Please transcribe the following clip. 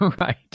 Right